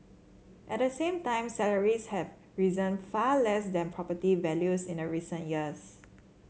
at the same time salaries have risen far less than property values in recent years